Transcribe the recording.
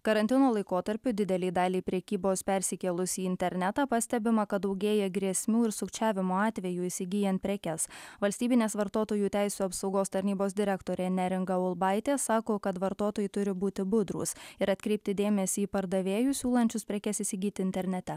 karantino laikotarpiu didelei daliai prekybos persikėlus į internetą pastebima kad daugėja grėsmių ir sukčiavimo atvejų įsigyjant prekes valstybinės vartotojų teisių apsaugos tarnybos direktorė neringa ulbaitė sako kad vartotojai turi būti budrūs ir atkreipti dėmesį į pardavėjus siūlančius prekes įsigyti internete